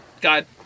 God